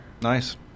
Nice